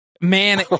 man